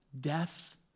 Death